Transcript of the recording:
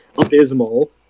abysmal